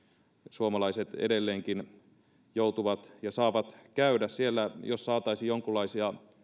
suomalaiset edelleenkin joutuvat käymään ja saavat käydä saataisiin jonkinlaisia